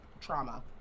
trauma